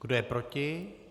Kdo je proti?